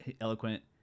Eloquent